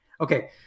Okay